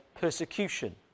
persecution